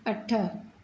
अठ